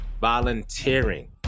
volunteering